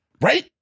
Right